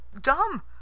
dumb